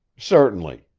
certainly.